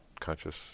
conscious